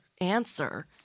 answer